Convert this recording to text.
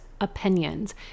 opinions